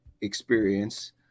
experience